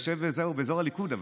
אבל אספי, אתה יושב באזור הליכוד.